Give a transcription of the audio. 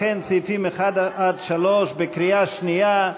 לכן, סעיפים 1 עד 3, בקריאה שנייה.